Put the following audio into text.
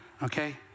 Okay